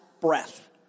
breath